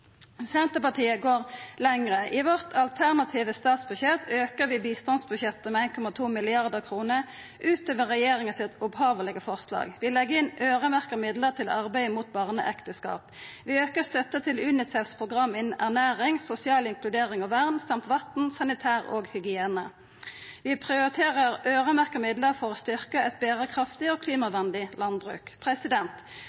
Senterpartiet går lenger. I det alternative statsbudsjettet vårt aukar vi bistandsbudsjettet med 1,2 mrd. kr utover det opphavlege forslaget til regjeringa. Vi legg inn øyremerkte midlar til arbeidet mot barneekteskap. Vi aukar støtta til UNICEFs program for ernæring, sosial inkludering, vern, vatn, sanitære forhold og hygiene. Vi prioriterer øyremerkte midlar for å styrkja eit berekraftig og